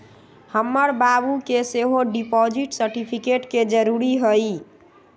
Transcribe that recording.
हमर बाबू के सेहो डिपॉजिट सर्टिफिकेट के जरूरी हइ